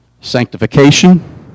sanctification